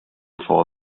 for